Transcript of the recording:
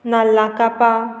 नाल्ला कापां